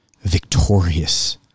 victorious